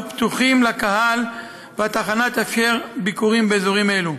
פתוחים לקהל והתחנה תאפשר ביקורים באזורים אלה.